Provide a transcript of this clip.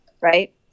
right